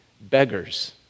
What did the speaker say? beggars